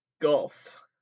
golf